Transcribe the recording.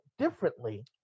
differently